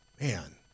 man